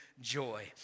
joy